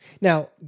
Now